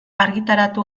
argitaratu